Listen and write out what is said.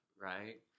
Right